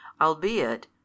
albeit